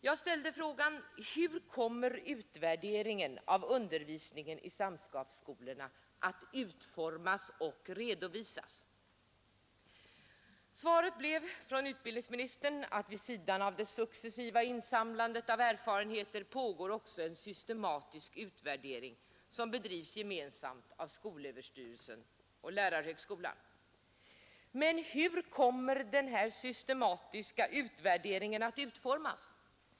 Jag ställde frågan: Hur kommer utvärderingen av undervisningen i samskapsskolorna att utformas och redovisas? Svaret från utbildningsministern blev att vid sidan av det successiva insamlandet av erfarenheter pågår också en systematisk utvärdering som bedrivs gemensamt av skolöverstyrelsen och lärarhögskolan. Men hur kommer den här systematiska utvärderingen att utformas.